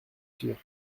sure